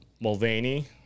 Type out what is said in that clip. Mulvaney